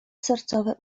sercowe